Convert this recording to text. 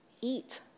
eat